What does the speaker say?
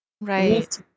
Right